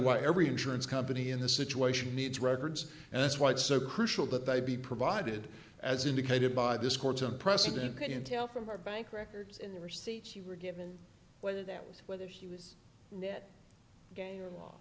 why every insurance company in this situation needs records and that's why it's so crucial that they be provided as indicated by this court's unprecedented intel from our bank records in the receipts you were given whether that was whether he was net